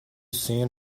seen